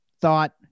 thought